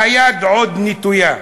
והיד עוד נטויה.